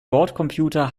bordcomputer